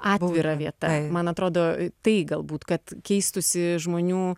atvira vieta man atrodo tai galbūt kad keistųsi žmonių